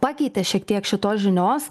pakeitė šiek tiek šitos žinios